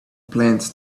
plants